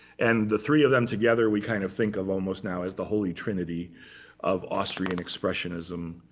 and the three of them together, we kind of think of, almost, now as the holy trinity of austrian expressionism.